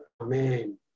Amen